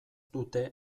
dute